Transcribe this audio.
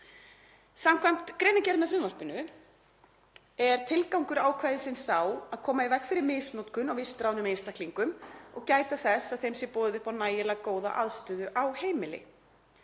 Samkvæmt greinargerð með frumvarpinu er tilgangur ákvæðisins sá að koma í veg fyrir misnotkun á vistráðnum einstaklingum og gæta þess að þeim sé boðið upp á nægilega góða aðstöðu á heimili.